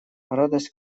радость